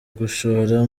gushora